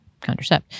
contracept